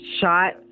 shot